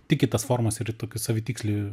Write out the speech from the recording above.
tik į tas formas ir tokįsavitikslį